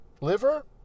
Liver